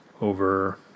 over